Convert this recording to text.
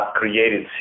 created